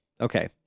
Okay